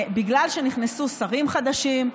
בגלל שנכנסו שרים חדשים,